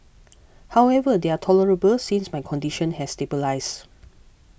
however they are tolerable since my condition has stabilised